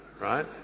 right